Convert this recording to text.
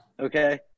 Okay